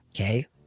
Okay